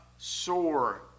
Sore